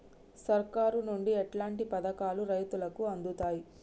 సర్కారు నుండి ఎట్లాంటి పథకాలు రైతులకి అందుతయ్?